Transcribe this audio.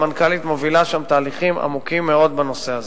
והמנכ"לית מובילה שם תהליכים עמוקים מאוד בנושא הזה.